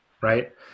right